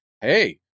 hey